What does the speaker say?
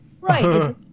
Right